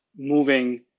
moving